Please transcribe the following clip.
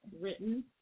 Written